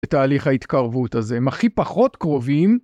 תהליך ההתקרבות הזה הם הכי פחות קרובים